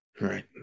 right